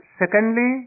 secondly